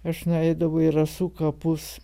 aš nueidavau į rasų kapus